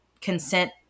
consent